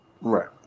Right